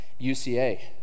UCA